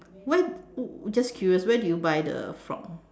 where just curious where did you buy the frog